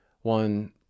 one